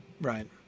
right